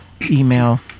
email